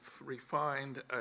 refined